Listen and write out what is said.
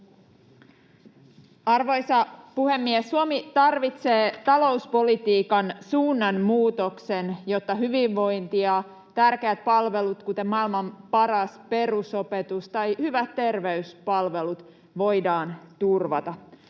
Arvoisa puhemies! Suomi tarvitsee talouspolitiikan suunnanmuutoksen, jotta hyvinvointi ja tärkeät palvelut, kuten maailman paras perusopetus tai hyvät terveyspalvelut, voidaan turvata.